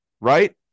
right